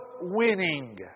winning